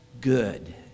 good